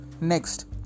Next